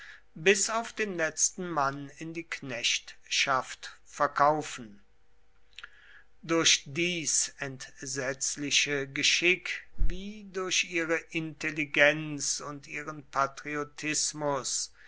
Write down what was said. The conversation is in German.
bis auf den letzten mann in die knechtschaft verkaufen durch dies entsetzliche geschick wie durch ihre intelligenz und ihren patriotismus